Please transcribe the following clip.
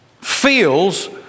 feels